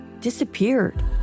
disappeared